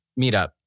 meetup